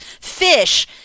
fish